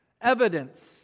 evidence